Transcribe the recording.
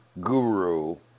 guru